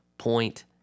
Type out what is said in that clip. point